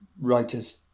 Writers